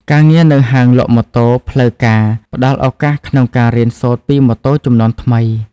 ការងារនៅហាងលក់ម៉ូតូផ្លូវការផ្តល់ឱកាសក្នុងការរៀនសូត្រពីម៉ូតូជំនាន់ថ្មី។